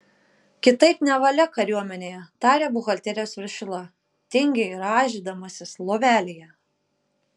kitaip nevalia kariuomenėje tarė buhalterijos viršila tingiai rąžydamasis lovelėje